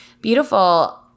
beautiful